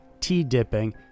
tea-dipping